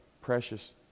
precious